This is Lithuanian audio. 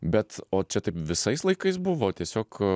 bet o čia taip visais laikais buvo tiesiog